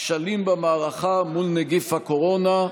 הכשלים במערכה מול נגיף הקורונה.